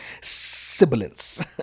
Sibilance